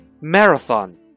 marathon